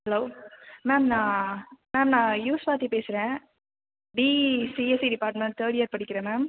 hello ma'am நான் ma'am நான் யூ ஸ்வாதி பேசுகிறேன் BE CSE department third year படிக்கிறேன் மேம்